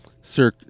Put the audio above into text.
Sir